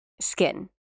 skin